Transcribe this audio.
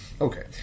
Okay